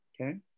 Okay